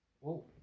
Whoa